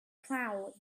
plough